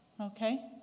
okay